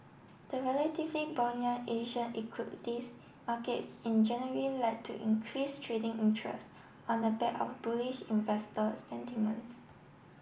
the relatively buoyant Asian equities markets in January led to increase trading interest on the back of bullish investor sentiments